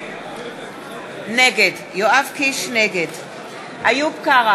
נגד איוב קרא,